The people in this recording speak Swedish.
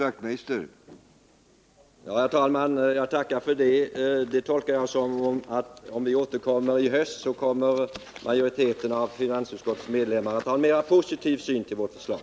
Herr talman! Jag tackar för det beskedet. Jag tolkar det så, att om vi återkommer i höst, kommer majoriteten av finansutskottets medlemmar att ha en mer positiv syn på vårt förslag.